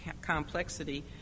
complexity